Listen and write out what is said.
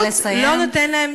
נא לסיים.